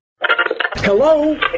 Hello